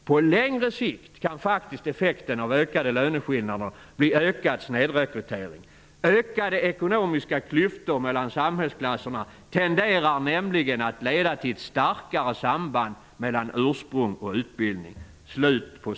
På längre sikt kan faktiskt effekten av ökade löneskillnader bli ökad snedrekrytering. Ökade ekonomiska klyftor mellan samhällsklasserna tenderar nämligen att leda till ett starkare samband mellan ursprung och utbildning.''